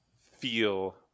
feel